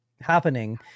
happening